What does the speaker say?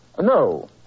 No